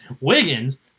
Wiggins